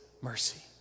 mercy